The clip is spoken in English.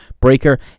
Breaker